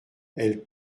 elles